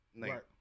Right